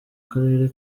karere